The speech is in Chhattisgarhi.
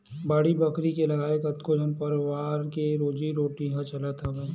बाड़ी बखरी के लगाए ले कतको झन परवार के रोजी रोटी ह चलत हवय